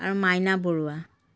আৰু মাইনা বৰুৱা